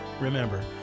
Remember